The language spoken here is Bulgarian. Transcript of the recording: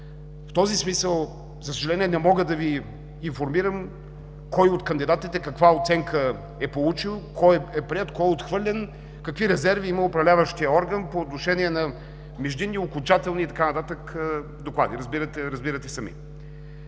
В този смисъл, за съжаление, не мога да Ви информирам кой от кандидатите каква оценка е получил – кой е приет, кой е отхвърлен, какви резерви има управляващият орган по отношение на междинни, окончателни и така нататък доклади, разбирате сами.